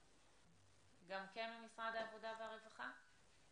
גם כן ממשרד העבודה והרווחה.